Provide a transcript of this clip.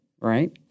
right